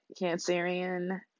Cancerian